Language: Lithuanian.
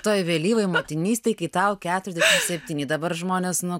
toj vėlyvoj motinystej kai tau keturiasdešim septyni dabar žmonės nuo